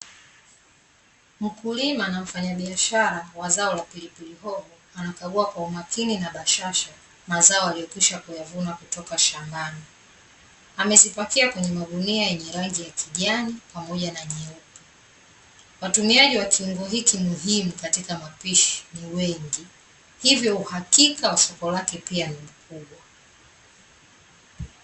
Mkulima na mfanya biashara wa zao la pilipili hoho anakagua kwa umakini na bashasha mazao aliyokwisha kuyavuna kutoka shambani, amezipakia kwenye magunia ya rangi ya kijani pamoja na nyeupe, watumiaji wa kiungo hiki muhimu katika mapishi ni wengi, hivyo uhakika soko lake pia ni kubwa.